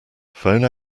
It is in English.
phone